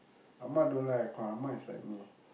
amma don't like aircon amma is like me